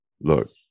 look